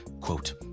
quote